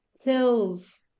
Tills